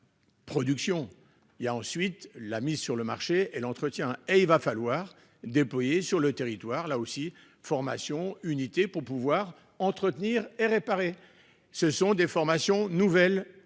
Production il y a ensuite la mise sur le marché et l'entretien et il va falloir déployer sur le territoire là aussi formation unité pour pouvoir entretenir et réparer ce sont des formations nouvelles,